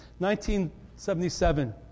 1977